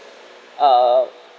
uh